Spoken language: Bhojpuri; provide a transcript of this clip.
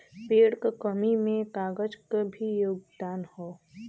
पेड़ क कमी में कागज क भी योगदान हौ